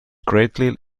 greatly